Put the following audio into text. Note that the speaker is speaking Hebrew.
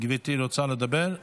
גברתי רוצה לדבר?